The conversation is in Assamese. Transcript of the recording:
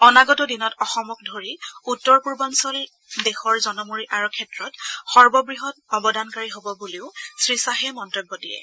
অনাগত দিনত অসমকে ধৰি উত্তৰ পূৰ্বাঞ্চল দেশৰ জনমূৰি আয়ৰ ক্ষেত্ৰত সৰ্ববৃহৎ অৱদানকাৰী হ'ব বুলিও শ্ৰীশ্বাহে মন্তব্য দিয়ে